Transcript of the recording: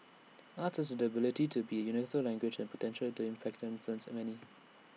arts has the ability to be universal language and potential to impact and influence many